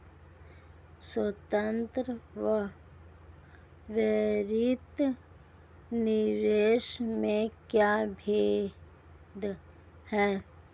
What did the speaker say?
स्वायत्त व प्रेरित निवेश में क्या भेद है?